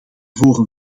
voren